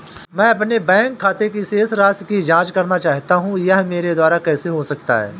मैं अपने बैंक खाते की शेष राशि की जाँच करना चाहता हूँ यह मेरे द्वारा कैसे हो सकता है?